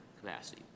capacity